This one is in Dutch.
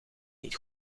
niet